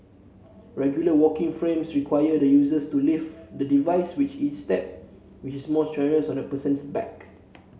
regular walking frames require the users to lift the device with each step which is more strenuous on the person's back